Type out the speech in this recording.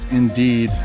indeed